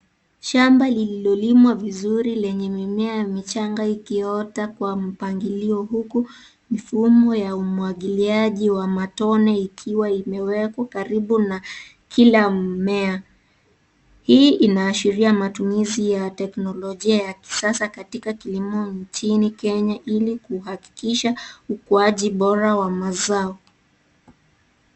Shamba lililolimwa vizuri lenye mimea michanga ikiota kwa mpangilio huku mfumo ya umwagiliaji wa matone ikiwa imewekwa karibu na kila mmea. Hii inaashiria matumizi ya teknolojia ya kisasa katika kilimo nchini Kenya ili kuhakikisha ukuaji bora wa mazao.